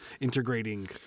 integrating